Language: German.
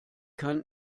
kann